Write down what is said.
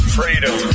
Freedom